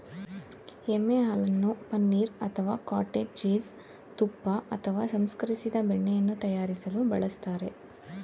ಎಮ್ಮೆ ಹಾಲನ್ನು ಪನೀರ್ ಅಥವಾ ಕಾಟೇಜ್ ಚೀಸ್ ತುಪ್ಪ ಅಥವಾ ಸಂಸ್ಕರಿಸಿದ ಬೆಣ್ಣೆಯನ್ನು ತಯಾರಿಸಲು ಬಳಸ್ತಾರೆ